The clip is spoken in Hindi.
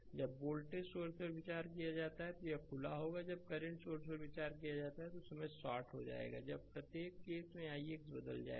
जब वोल्टेज सोर्स पर विचार किया जाता है तो यह खुला होगा जब करंट सोर्स पर विचार करेगा यह उस समय शॉर्ट हो जाएगा जब प्रत्येक केस ix बदल जाएगा